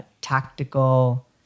tactical